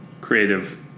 creative